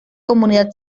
comunidad